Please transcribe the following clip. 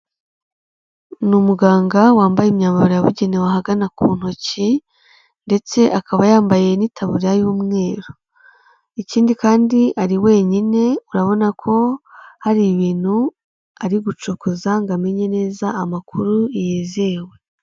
Ni umuganga wambaye imyambaro yabugenewe ahagana ku ntoki ndetse akaba yambaye n'itaburiya y'umweru, ikindi kandi ari wenyine urabona ko hari ibintu ari gucokoza ngo amenye neza amakuru yizewe.